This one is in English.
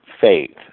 faith